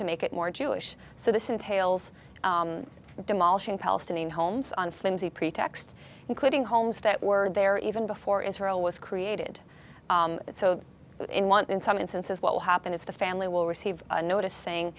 to make it more jewish so this entails demolishing palestinian homes on flimsy pretext including homes that were there even before israel was created in one in some instances what will happen is the family will receive a notic